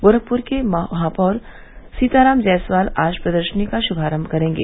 गोरखपुर के महापौर सीताराम जायसवाल आज प्रदर्शनी का शुभारंभ करेंगे